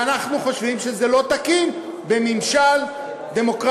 ואנחנו חושבים שזה לא תקין בממשל דמוקרטי,